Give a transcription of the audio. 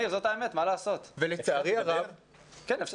אגב,